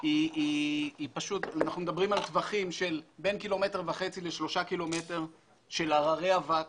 אנחנו מדברים על טווחים של בין 1.5-3 קילומטרים של הררי אבק,